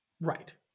right